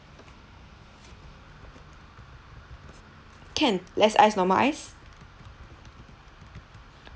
can less ice normal ice